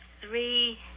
Three